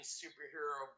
superhero